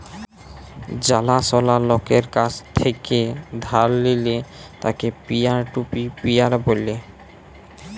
জালা সলা লকের কাছ থেক্যে ধার লিলে তাকে পিয়ার টু পিয়ার ব্যলে